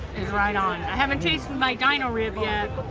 is right on. i haven't tasted my dino rib yet.